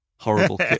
Horrible